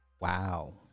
Wow